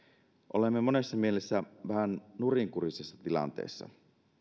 olemme monessa mielessä vähän nurinkurisessa tilanteessa